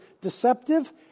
deceptive